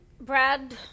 Brad